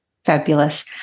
Fabulous